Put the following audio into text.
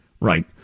Right